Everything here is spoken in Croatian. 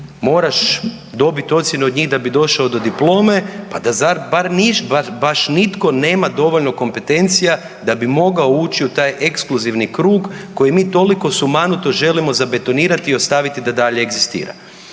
moraš dobiti ocjenu od njih da bi došao do diplome, pa da baš nitko nema dovoljno kompetencija da bi mogao ući u taj ekskluzivni krug koji mi toliko sumanuto želimo zabetonirati i ostaviti da dalje egzistira.